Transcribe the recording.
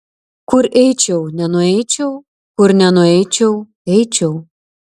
kur eičiau nenueičiau kur nenueičiau eičiau